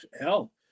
hell